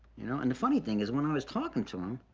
you know, and the funniest thing is, when i was talking to him,